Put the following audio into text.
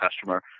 customer